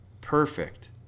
perfect